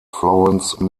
florence